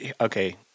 Okay